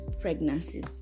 pregnancies